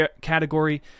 category